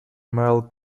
mel